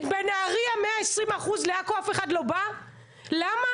בנהריה 120%. לעכו אף אחד לא בא, למה?